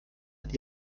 mit